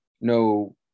no